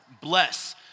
Bless